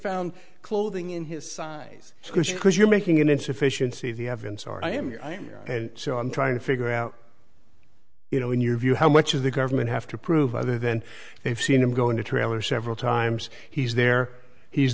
found clothing in his size because you're making an insufficiency of the evidence are i am here i am here and so i'm trying to figure out you know in your view how much of the government have to prove other than they've seen him go into trailer several times he's there he's